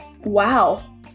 wow